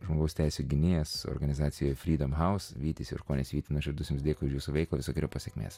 žmogaus teisių gynėjas organizacija freedom house vytis jurkonis vyti nuoširdus jums dėkui už jūsų veikla visokeriopos sėkmės